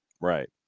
right